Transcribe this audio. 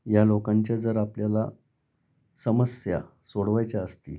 या लोकांच्या जर आपल्याला समस्या सोडवायच्या असतील